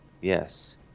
Yes